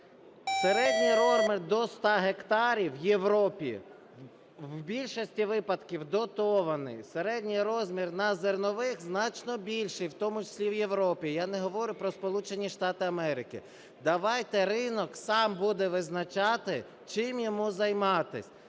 Середні норми до 100 гектарів у Європі у більшості випадків дотовані, середній розмір на зернових значно більший, в тому числі в Європі, я не говорю про Сполучені Штати Америки. Давайте ринок сам буде визначати, чим йому займатися.